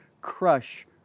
crush